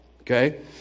okay